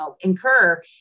incur